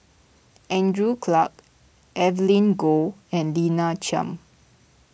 Andrew Clarke Evelyn Goh and Lina Chiam